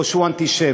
או שהוא אנטישמי.